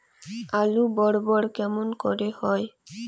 আলু বড় বড় কেমন করে হয়?